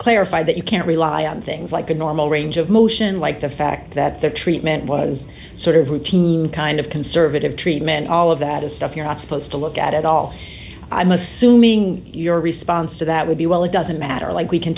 clarified that you can't rely on things like a normal range of motion like the fact that the treatment was sort of routine kind of conservative treatment all of that is stuff you're not supposed to look at at all i'm assuming your response to that would be well it doesn't matter like we can